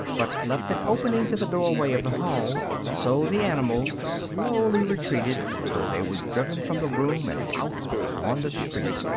but left an opening to the doorway of the hall so the animals slowly retreated until they were driven from the room and out upon the street.